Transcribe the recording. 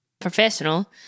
professional